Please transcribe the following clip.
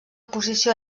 posició